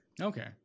okay